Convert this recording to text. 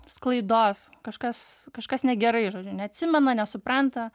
sklaidos kažkas kažkas negerai žodžiu neatsimena nesupranta